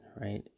right